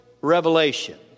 revelation